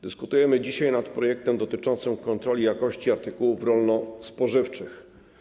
Dyskutujemy dzisiaj nad projektem dotyczącym kontroli jakości artykułów rolno-spożywczych.